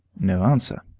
no answer.